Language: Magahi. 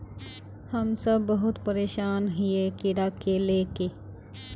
हम सब बहुत परेशान हिये कीड़ा के ले के?